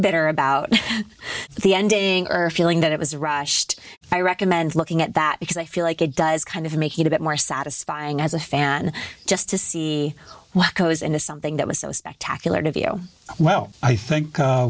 bitter about the ending or feeling that it was rushed i recommend looking at that because i feel like it does kind of make it a bit more satisfying as a fan just to see what goes into something that was so specter ocular of you well i think